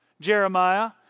Jeremiah